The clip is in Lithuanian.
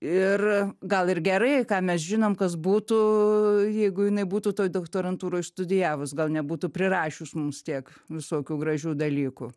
ir gal ir gerai ką mes žinom kas būtų jeigu jinai būtų toj doktorantūroj studijavus gal nebūtų prirašius mums tiek visokių gražių dalykų